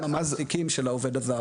ואז הם המעסיקים של העובד הזר.